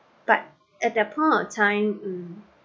but at that point of time hmm